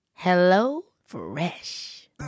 HelloFresh